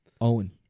Owen